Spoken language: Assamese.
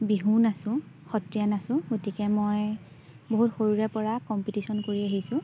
বিহুও নাচোঁ সত্ৰীয়া নাচোঁ গতিকে মই বহুত সৰুৰেপৰা কম্পিটিশ্যন কৰি আহিছোঁ